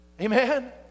Amen